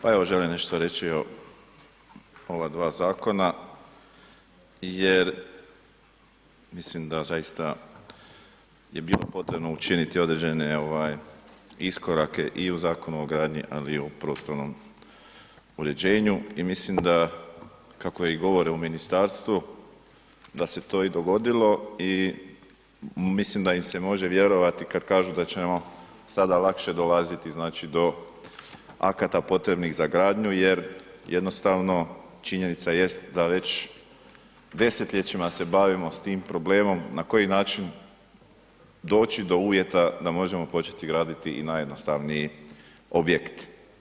Pa evo želim nešto reći o ova dva zakona jer mislim da zaista je bilo potrebno učiniti određene iskorake i u Zakonu o gradnji, ali i u prostornom uređenju i mislim da, kako i govore u ministarstvu da se to i dogodilo i mislim da im se može vjerovati kad kažu da ćemo sada lakše dolaziti, znači, do akata potrebnih za gradnju jer jednostavno činjenica jest da već desetljećima se bavimo s tim problemom, na koji način doći do uvjeta da možemo početi graditi i najjednostavniji objekt.